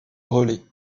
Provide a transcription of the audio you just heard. relais